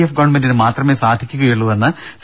F ഗവൺമെന്റിന് മാത്രമേ സാധിക്കുകയുള്ളൂവെന്ന് സി